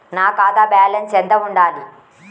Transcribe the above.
నా ఖాతా బ్యాలెన్స్ ఎంత ఉండాలి?